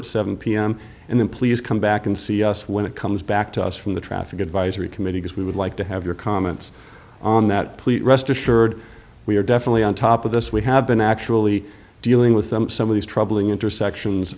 at seven pm and then please come back and see us when it comes back to us from the traffic advisory committee because we would like to have your comments on that please rest assured we are definitely on top of this we have been actually dealing with them some of these troubling intersections